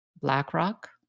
BlackRock